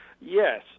Yes